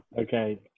Okay